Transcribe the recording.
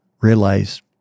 realize